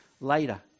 later